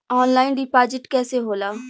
Online deposit कैसे होला?